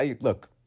look